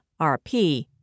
RP